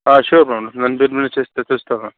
sure madam చూస్తా madam